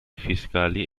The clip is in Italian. fiscali